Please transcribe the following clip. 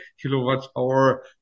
kilowatt-hour